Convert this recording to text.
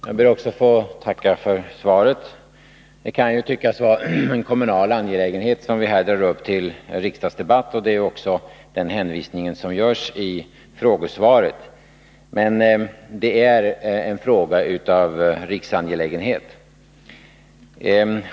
Fru talman! Jag ber också att få tacka för svaret. Det kan ju tyckas att det är en kommunal angelägenhet som vi drar upp i en riksdagsdebatt, och det är också den hänvisningen som görs i frågesvaret. Men det är en fråga av riksintresse.